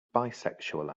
bisexual